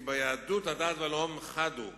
כי ביהדות הדת והלאום חד הם,